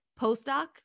Postdoc